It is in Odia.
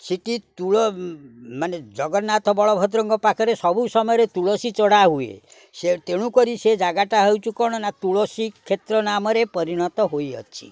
ସେଠି ମାନେ ଜଗନ୍ନାଥ ବଳଭଦ୍ରଙ୍କ ପାଖରେ ସବୁ ସମୟରେ ତୁଳସୀ ଚଢ଼ା ହୁଏ ସେ ତେଣୁ କରି ସେ ଜାଗାଟା ହେଉଛି କ'ଣ ନା ତୁଳସୀ କ୍ଷେତ୍ର ନାମରେ ପରିଣତ ହୋଇଅଛି